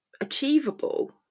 achievable